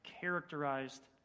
characterized